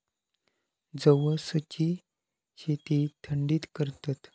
जवसची शेती थंडीत करतत